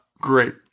Great